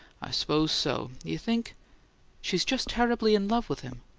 i suppose so. you think she's just terribly in love with him!